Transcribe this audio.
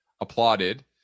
applauded